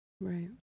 Right